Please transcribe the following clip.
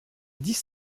dix